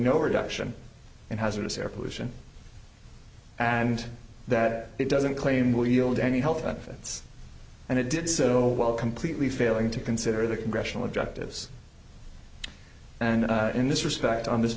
no reduction in hazardous air pollution and that it doesn't claim will yield any health benefits and it did so while completely failing to consider the congressional objectives and in this respect on this